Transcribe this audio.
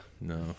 No